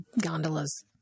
gondolas